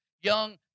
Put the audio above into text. young